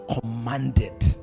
commanded